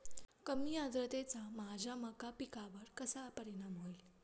कमी आर्द्रतेचा माझ्या मका पिकावर कसा परिणाम होईल?